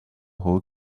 whole